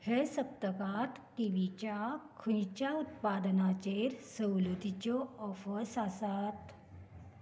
हे सप्तकांत किवीच्या खंयच्या उत्पादनांचेर सवलतीच्यो ऑफर्स आसात